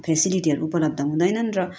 फेसिलिटीहरू उपलब्ध हुँदैनन् र